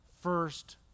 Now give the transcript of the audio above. first